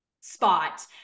spot